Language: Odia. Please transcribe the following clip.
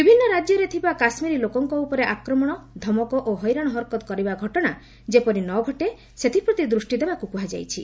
ବିଭିନ୍ନ ରାଜ୍ୟରେ ଥିବା କାଶ୍ମୀରୀ ଲୋକଙ୍କ ଉପରେ ଆକ୍ରମଣ ଧମକ ଓ ହଇରାଣ ହରକତ କରିବା ଘଟଣା ଯେପରି ନ ଘଟେ ସେଥିପ୍ରତି ଦୃଷ୍ଟି ଦେବାକୁ କୁହାଯାଇଛି